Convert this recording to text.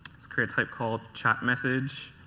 create type called chat message.